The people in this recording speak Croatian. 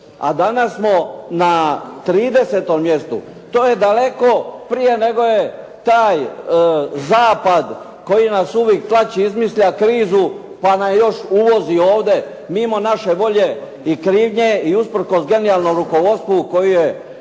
a danas smo na 30. mjestu. To je daleko prije nego je taj zapad koji nas uvijek tlači, izmišlja krizu pa nam još uvozi ovdje mimo naše volje i krivnje i usprkos genijalnom rukovodstvu koji je